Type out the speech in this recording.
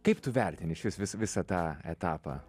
kaip tu vertini išvis vis visą tą etapą